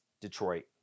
Detroit